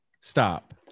stop